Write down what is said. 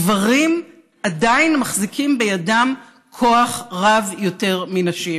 גברים מחזיקים בידם כוח רב יותר מנשים.